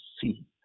see